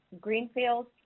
Greenfield